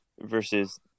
versus